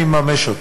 אני מממש אותה.